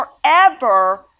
forever